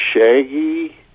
shaggy